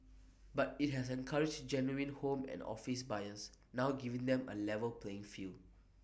but IT has encouraged genuine home and office buyers now giving them A level playing field